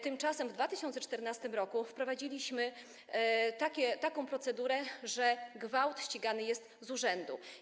Tymczasem w 2014 r. wprowadziliśmy taką procedurę, że gwałt ścigany jest z urzędu.